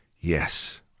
yes